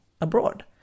abroad